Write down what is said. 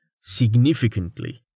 significantly